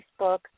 Facebook